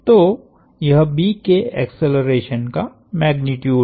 तो यह B के एक्सेलरेशन का मैग्नीट्यूड है